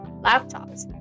laptops